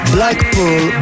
Blackpool